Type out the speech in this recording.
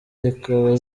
zikaba